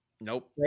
Nope